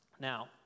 Now